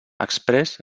exprés